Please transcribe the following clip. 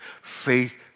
Faith